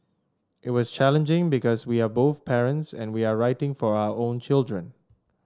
it was challenging because we are both parents and we are writing for our own children